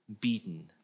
beaten